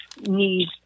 need